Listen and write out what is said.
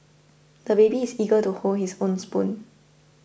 the baby is eager to hold his own spoon